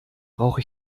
brauche